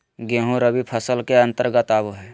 गेंहूँ रबी फसल के अंतर्गत आबो हय